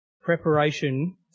Preparation